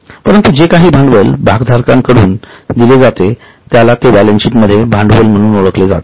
परंतु जे काही भांडवल भागधारकांकडून दिले जाते त्याला ते बॅलन्सशीट मध्ये भांडवल म्हणून ओळखले जाते